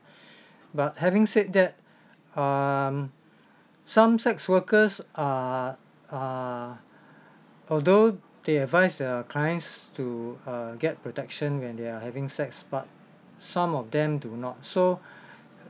but having said that um some sex workers are are although they advise their clients to uh get protection when they're having sex but some of them do not so